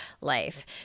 life